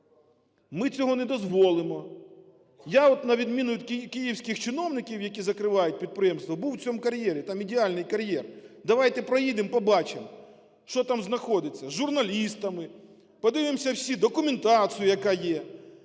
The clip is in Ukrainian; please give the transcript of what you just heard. Ми цього не дозволимо. Я от, на відміну від київських чиновників, які закривають підприємства, був у цьому кар'єрі. Там ідеальний кар'єр. Давайте проїдемо, побачимо, що там знаходиться. З журналістами подивимося всю документацію, яка є,